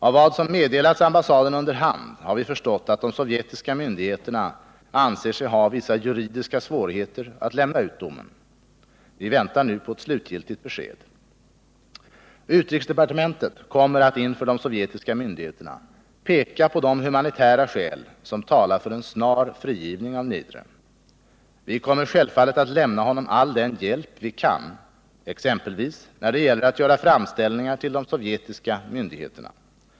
Av vad som meddelats ambassaden under hand har vi förstått att de sovjetiska myndigheterna anser sig ha vissa juridiska svårigheter att lämna ut domen. Vi väntar nu på ett slutgiltigt besked. Utrikesdepartementet kommer att inför de sovjetiska myndigheterna peka på de humanitära skäl som talar för en snar frigivning av Niedre. Vi kommer självfallet att lämna honom all den hjälp vi kan, exempelvis när det gäller att göra framställningar till de sovjetiska myndigheterna.